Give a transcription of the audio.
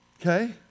Okay